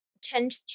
tend